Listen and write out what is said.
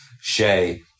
Shay